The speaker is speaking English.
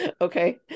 okay